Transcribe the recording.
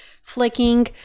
flicking